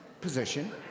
position